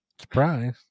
Surprise